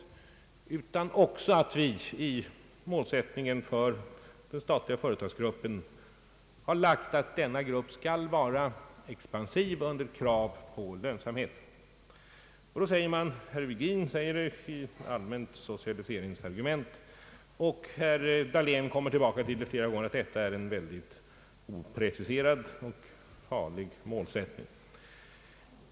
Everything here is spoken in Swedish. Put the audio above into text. Vi har också i målsättningen för den statliga företagsgruppen lagt in att denna grupp skall vara expansiv under krav på lönsamhet. Det är ett allmänt socialiseringsargument, säger herr Virgin, och herr Dahlén kommer flera gånger tillbaka till att detta är en mycket opreciserad och farlig målsättning.